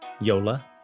Yola